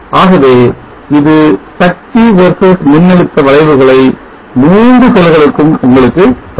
ஆகவே இது சக்தி versus மின்னழுத்த வளைவுகளை மூன்று செல்களுக்கும் உங்களுக்கு தரும்